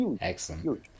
excellent